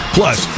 Plus